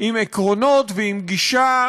עם עקרונות ועם גישה